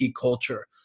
culture